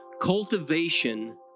Cultivation